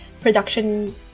production